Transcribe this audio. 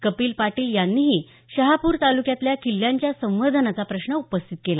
कपिल पाटील यांनीही शहापूर तालुक्यातल्या किल्ल्यांच्या संवर्धनाचा प्रश्न उपस्थित केला